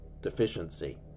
deficiency